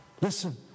Listen